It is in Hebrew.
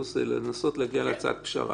להוסיף עוד חמש שנים בשלוש נגלות,